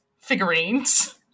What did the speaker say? figurines